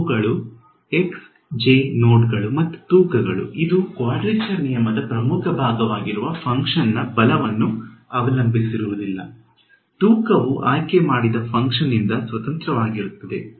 ಇವುಗಳು ನೋಡ್ಗಳು ಮತ್ತು ತೂಕಗಳು ಇದು ಕ್ವಾಡ್ರೇಚರ್ ನಿಯಮದ ಪ್ರಮುಖ ಭಾಗವಾಗಿರುವ ಫಂಕ್ಷನ್ ನ ಬಲವನ್ನು ಅವಲಂಬಿಸಿರುವುದಿಲ್ಲ ತೂಕವು ಆಯ್ಕೆಮಾಡಿದ ಫಂಕ್ಷನ್ ನಿಂದ ಸ್ವತಂತ್ರವಾಗಿರುತ್ತದೆ